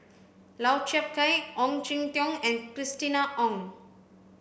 Lau Chiap Khai Ong Jin Teong and Christina Ong